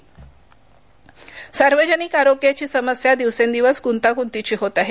परिषद सार्वजनिक आरोग्याची समस्या दिवसेंदिवस गुंतागुंतीची होत आहे